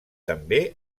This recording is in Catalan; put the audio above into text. també